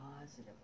positive